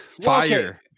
Fire